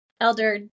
Elder